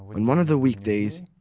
on one of the weekdays,